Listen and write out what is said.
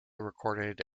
recorded